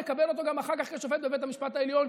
נקבל אותו גם אחר כך כשופט בבית המשפט העליון,